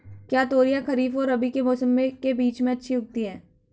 क्या तोरियां खरीफ और रबी के मौसम के बीच में अच्छी उगती हैं?